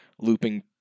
looping